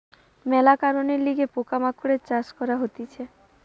মেলা কারণের লিগে পোকা মাকড়ের চাষ করা হতিছে